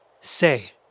Say